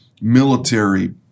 military